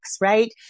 right